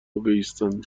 بایستند